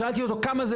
שאלתי אותו כמה זה?